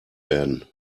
werden